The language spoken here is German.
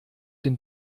den